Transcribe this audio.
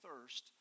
thirst